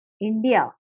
India